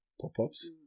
pop-ups